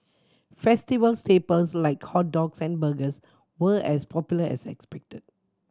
festival staples like hot dogs and burgers were as popular as expected